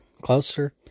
closer